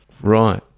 Right